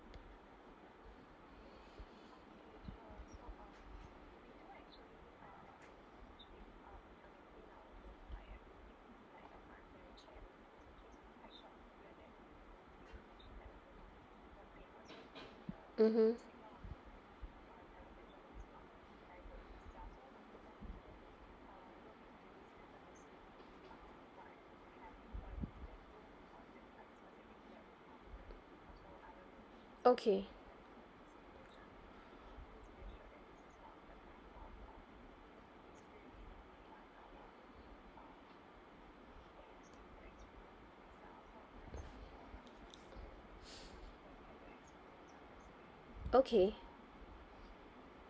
mmhmm